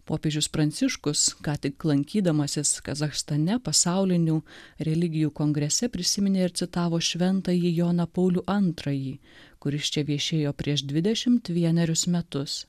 popiežius pranciškus ką tik lankydamasis kazachstane pasaulinių religijų kongrese prisiminė ir citavo šventąjį joną paulių antrąjį kuris čia viešėjo prieš dvidešimt vienerius metus